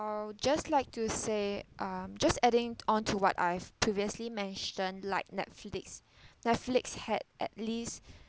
just like to say um just adding onto what I've previously mentioned like Netflix Netflix had at least